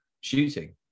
shooting